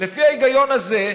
לפי ההיגיון הזה,